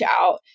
out